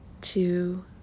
two